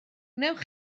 wnewch